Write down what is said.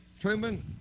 Truman